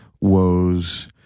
woes